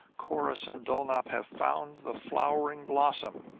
corrus and dulnop have found the flowering blossom!